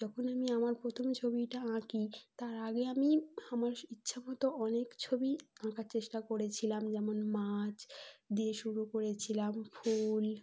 যখন আমি আমার প্রথম ছবিটা আঁকি তার আগে আমি আমার ইচ্ছামতো অনেক ছবিই আঁকার চেষ্টা করেছিলাম যেমন মাছ দিয়ে শুরু করেছিলাম ফুল